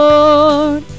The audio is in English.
Lord